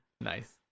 Nice